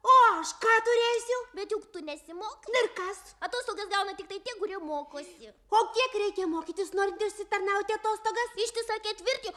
o aš ką turėsiu mokosi o kiek reikia mokytis norint išsitarnauti atostogas